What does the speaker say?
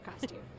costume